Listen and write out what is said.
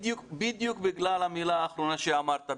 בדיוק בגלל המילה האחרונה שאמרת.